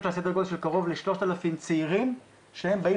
כלל סדר גודל של קרוב ל-3,000 צעירים שהם באים